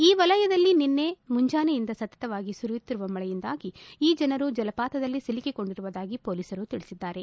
ಈ ವಲಯದಲ್ಲಿ ನಿನ್ನೆ ಮುಂಜಾನೆಯಿಂದ ಸತತವಾಗಿ ಸುರಿಯುತ್ತಿರುವ ಮಳೆಯಿಂದಾಗಿ ಈ ಜನರು ಜಲಪಾತದಲ್ಲಿ ಸಿಲುಕಿಕೊಂಡಿರುವುದಾಗಿ ಮೊಲೀಸರು ತಿಳಿಸಿದ್ದಾರೆ